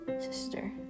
sister